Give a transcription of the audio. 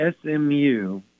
SMU